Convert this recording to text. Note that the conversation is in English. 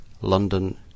London